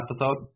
episode